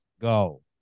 Go